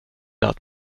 att